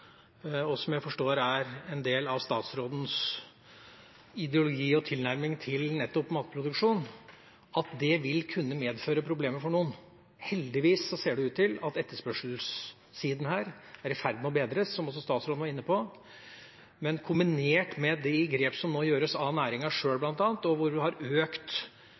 og som jeg forstår er en del av statsrådens ideologi og tilnærming til nettopp matproduksjon, vil det kunne medføre problemer for noen. Heldigvis ser det ut til at etterspørselssiden er i ferd med å bedres, som også statsråden var inne på, men kombinert med de grep som nå gjøres, bl.a. av næringa sjøl, og hvor en har økt